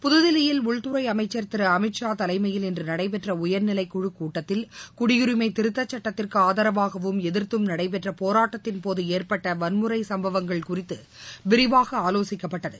புதுதில்லியில் உள்துறை அமைச்சர் திரு அமித் ஷா தலைமையில் இன்று நடைபெற்ற உயர்நிலைக் குழுக் கூட்டத்தில் குடியுரிமை திருத்த சட்டத்திற்கு ஆதரவாகவும் எதிர்த்தும் நடைபெற்ற போராட்டத்தின்போது ஏற்பட்ட வன்முறை சம்பவங்கள் குறித்து விரிவாக ஆலோசிக்கப்பட்டது